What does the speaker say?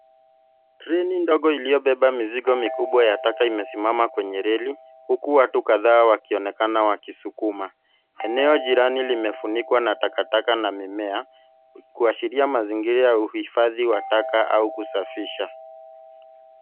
Treni ndogo iliyobeba mizigo mikubwa ya taka imesimama kwenye reli huku watu kadhaa wakionekana wakisukuma. Eneo jirani limefunikwa na takataka na mimea kuashiria mazingira ya uhifadhi wa taka au kusafisha.